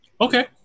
Okay